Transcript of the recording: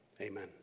amen